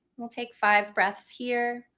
we'll take five breaths here.